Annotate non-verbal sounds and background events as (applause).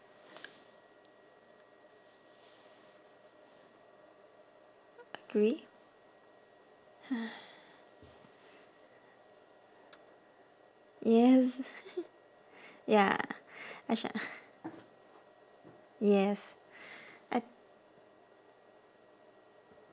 agree (noise) yes ya I sh~ yes I